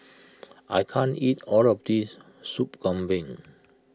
I can't eat all of this Sup Kambing